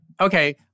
okay